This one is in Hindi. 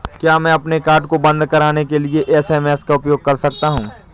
क्या मैं अपने कार्ड को बंद कराने के लिए एस.एम.एस का उपयोग कर सकता हूँ?